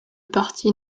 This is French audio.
parti